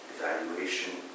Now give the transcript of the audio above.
evaluation